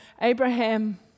Abraham